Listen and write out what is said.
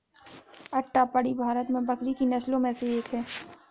अट्टापडी भारत में बकरी की नस्लों में से एक है